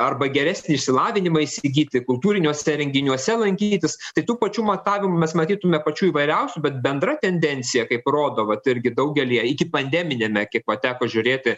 arba geresnį išsilavinimą įsigyti kultūriniuose renginiuose lankytis tai tų pačių matavimų mes matytume pačių įvairiausių bet bendra tendencija kaip rodo vat irgi daugelyje iki pandeminiame kiek va teko žiūrėti